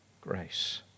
grace